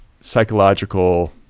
psychological